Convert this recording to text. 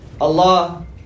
Allah